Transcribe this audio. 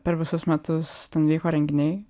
per visus metus ten vyko renginiai